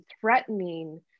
threatening